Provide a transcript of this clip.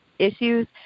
issues